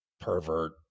pervert